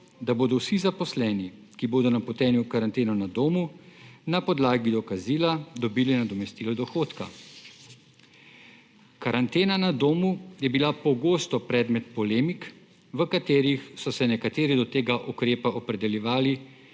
da bodo vsi zaposleni, ki bodo napoteni v karanteno na domu, na podlagi dokazila dobili nadomestilo dohodka. Karantena na domu je bila pogosto predmet polemik, v katerih so se nekateri do tega ukrepa opredeljevali